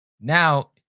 Now